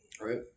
Right